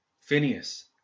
Phineas